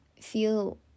feel